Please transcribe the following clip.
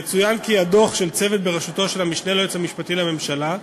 יצוין כי הדוח של צוות בראשותו של המשנה ליועץ המשפטי לממשלה,